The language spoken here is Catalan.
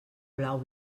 blau